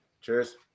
Cheers